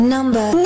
Number